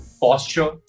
posture